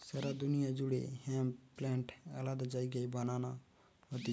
সারা দুনিয়া জুড়ে hemp plant আলাদা জায়গায় বানানো হতিছে